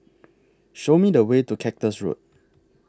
Show Me The Way to Cactus Road